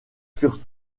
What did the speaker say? furent